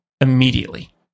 immediately